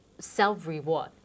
self-reward